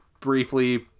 briefly